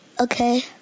Okay